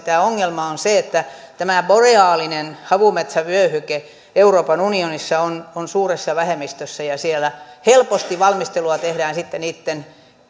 ongelma on se että tämä boreaalinen havumetsävyöhyke euroopan unionissa on on suuressa vähemmistössä ja siellä helposti valmistelua tehdään sitten niitten